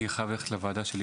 אני חייב ללכת לוועדה שלי,